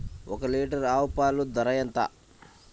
ఒక్క లీటర్ ఆవు పాల ధర ఎంత?